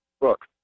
look